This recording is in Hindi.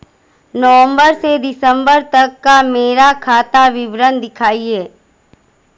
नवंबर से दिसंबर तक का मेरा खाता विवरण दिखाएं?